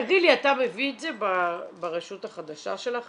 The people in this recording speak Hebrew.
תגיד לי אתה מביא את זה ברשות החדשה שלכם